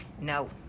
No